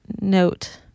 note